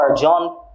John